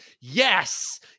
yes